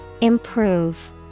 Improve